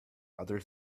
other